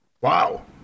wow